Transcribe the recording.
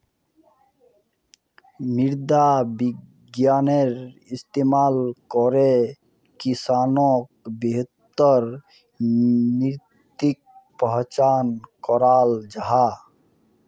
मृदा विग्यानेर इस्तेमाल करे किसानोक बेहतर मित्तिर पहचान कराल जाहा